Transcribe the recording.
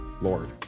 Lord